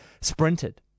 sprinted